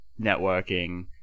networking